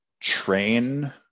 train